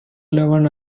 eleven